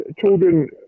Children